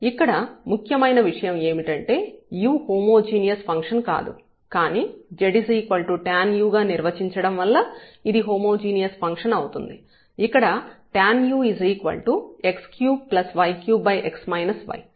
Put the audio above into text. ఇక్కడ ముఖ్యమైన విషయం ఏమిటంటే ఈ u హోమోజీనియస్ ఫంక్షన్ కాదు కానీ z tanu గా నిర్వచించడం వల్ల ఇది హోమోజీనియస్ ఫంక్షన్ అవుతుంది ఇక్కడ tanu x3y3x y